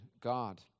God